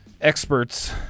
experts